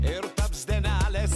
ir taps dienelės